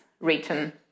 written